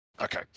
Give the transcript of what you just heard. Okay